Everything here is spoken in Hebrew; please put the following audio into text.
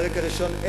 הפרק הראשון,